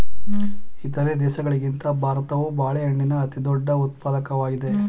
ಇತರ ದೇಶಗಳಿಗಿಂತ ಭಾರತವು ಬಾಳೆಹಣ್ಣಿನ ಅತಿದೊಡ್ಡ ಉತ್ಪಾದಕವಾಗಿದೆ